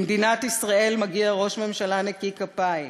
למדינת ישראל מגיע ראש ממשלה נקי כפיים.